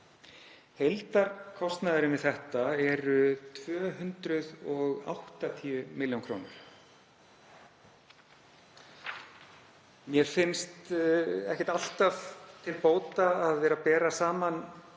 Heildarkostnaðurinn við þetta eru 280 millj. kr. Mér finnst ekki alltaf til bóta að vera að bera saman